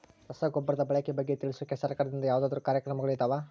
ರಸಗೊಬ್ಬರದ ಬಳಕೆ ಬಗ್ಗೆ ತಿಳಿಸೊಕೆ ಸರಕಾರದಿಂದ ಯಾವದಾದ್ರು ಕಾರ್ಯಕ್ರಮಗಳು ಇದಾವ?